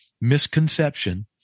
misconception